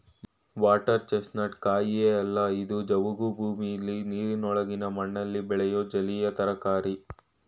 water chestnut ಕಾಯಿಯೇ ಅಲ್ಲ ಇದು ಜವುಗು ಭೂಮಿಲಿ ನೀರಿನೊಳಗಿನ ಮಣ್ಣಲ್ಲಿ ಬೆಳೆಯೋ ಜಲೀಯ ತರಕಾರಿ